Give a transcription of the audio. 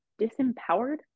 disempowered